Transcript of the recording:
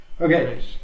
Okay